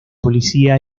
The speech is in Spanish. policía